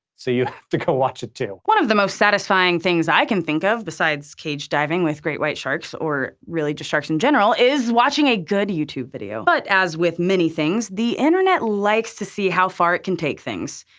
so, you have to go watch it too. one of the most satisfying things i can think of besides cage diving with great white sharks, or really just sharks in general is watching a good youtube video. but as with many things, the internet likes to see how far it can take things.